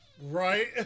Right